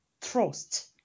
trust